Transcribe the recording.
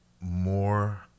more